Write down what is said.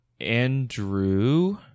andrew